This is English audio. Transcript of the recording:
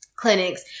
Clinics